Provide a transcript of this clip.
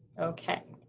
okay